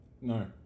no